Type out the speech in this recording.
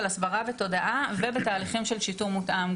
הסברה ותודעה ובתהליכים של שיטור מותאם,